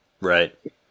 right